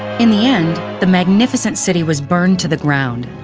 in the end, the magnificent city was burned to the ground,